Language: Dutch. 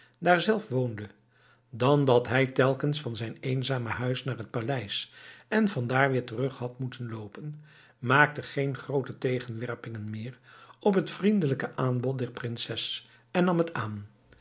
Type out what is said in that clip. daar zelf woonde dan dat hij telkens van zijn eenzame huis naar het paleis en vandaar weer terug had moeten loopen maakte geen groote tegenwerpingen meer op het vriendelijke aanbod der prinses en nam het aan